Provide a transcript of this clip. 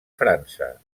frança